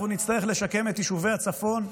אנחנו נצטרך לשקם את יישובי הצפון,